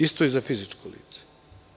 Isto je i za fizičko lice.